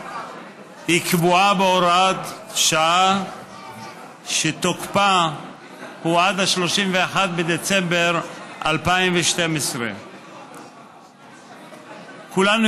היא קבועה בהוראת שעה שתוקפה הוא עד 31 בדצמבר 2012. כולנו